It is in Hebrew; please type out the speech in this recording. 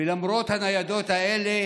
ולמרות הניידות האלה